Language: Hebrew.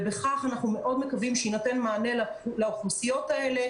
ובכך אנחנו מאוד מקווים שיינתן מענה לאוכלוסיות האלה,